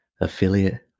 affiliate